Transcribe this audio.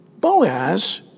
Boaz